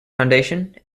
foundation